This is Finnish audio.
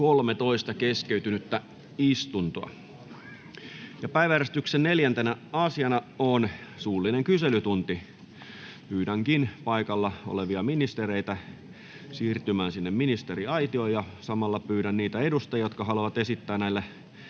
13 keskeytynyttä istuntoa. Päiväjärjestyksen 4. asiana on suullinen kyselytunti. Pyydän paikalla olevia ministereitä siirtymään ministeriaitioon. Pyydän niitä edustajia, jotka haluavat esittää